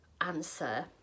answer